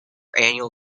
annual